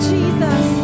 Jesus